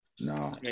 No